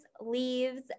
leaves